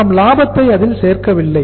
நாம் லாபத்தை அதில் சேர்க்கவில்லை